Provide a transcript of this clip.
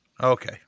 Okay